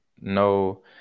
No